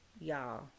y'all